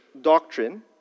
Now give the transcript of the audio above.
doctrine